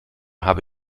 habe